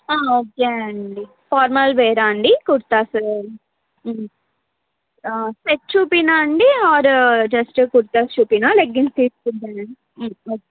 okay అండి formal వేరా అండి కుర్తాసు సెట్స్ చూపించనా అండి ఆర్ జస్ట్ కుర్తాస్ చూపించనా లెగ్గిన్స్ తీసుకుంటారా ఓకే